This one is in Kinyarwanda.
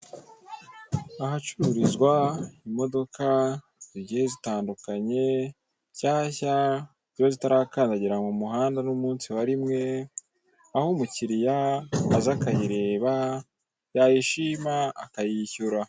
Ahacururizwa imodoka zigiye zitandukanye, nshyashya, ziba zitarakandagira mu muhanda n'umunsi wa rimwe, aho umukiriya aza akayireba, yayishima akayishyura.